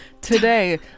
today